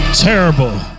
Terrible